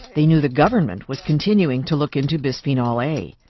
they knew the government was continuing to look into bisphenol a.